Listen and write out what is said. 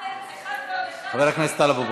לגבי החלטת אונסק"ו?